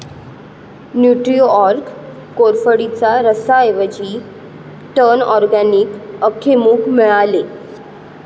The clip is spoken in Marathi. न्यूट्रीऑर्क कोरफडीचा रसाऐवजी टर्न ऑरगॅनिक अख्खे मूग मिळाले